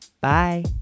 Bye